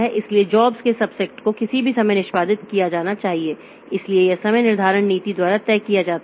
इसलिए जॉब्स के सबसेट को किसी भी समय निष्पादित किया जाना चाहिए इसलिए यह समय निर्धारण नीति द्वारा तय किया जाता है